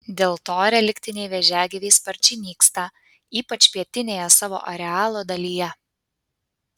dėl to reliktiniai vėžiagyviai sparčiai nyksta ypač pietinėje savo arealo dalyje